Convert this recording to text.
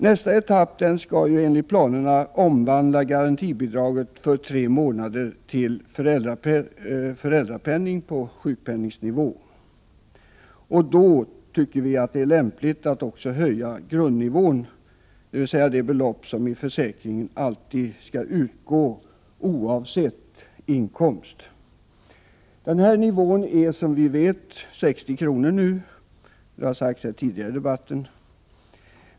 Nästa etapp skall enligt planerna omvandla garantibidraget för de tre månaderna till föräldrapenning på sjukpenningnivå. Vi tycker då att det är lämpligt att höja grundnivån, dvs. det belopp i försäkringen som alltid skall utgå oavsett inkomst. Nivån är, som vi vet, 60 kr. Det har sagts tidigare i debatten.